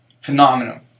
phenomenal